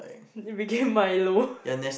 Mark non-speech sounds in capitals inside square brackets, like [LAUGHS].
it became Milo [LAUGHS]